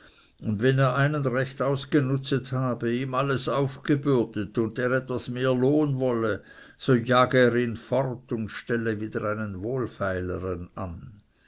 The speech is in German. und wenn er einen recht ausgenutzet habe ihm alles aufgebürdet und der etwas mehr lohn wolle so jage er ihn fort und stelle wieder einen wohlfeilern an